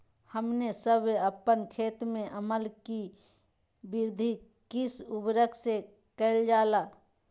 हमने सब अपन खेत में अम्ल कि वृद्धि किस उर्वरक से करलजाला?